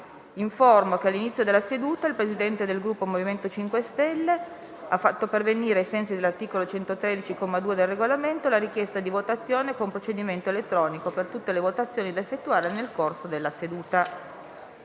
che all'inizio della seduta il Presidente del Gruppo MoVimento 5 Stelle ha fatto pervenire, ai sensi dell'articolo 113, comma 2, del Regolamento, la richiesta di votazione con procedimento elettronico per tutte le votazioni da effettuare nel corso della seduta.